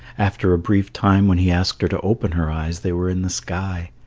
after a brief time when he asked her to open her eyes, they were in the sky.